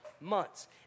months